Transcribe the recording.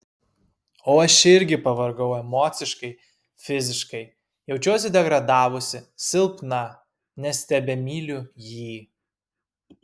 o aš irgi pavargau emociškai fiziškai jaučiuosi degradavusi silpna nes tebemyliu jį